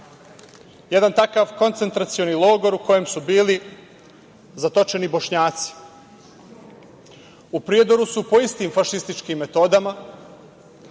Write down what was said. takav koncentracioni logor u kojem su bili zatočeni Bošnjaci, u Prijedoru su po istim fašističkim metodama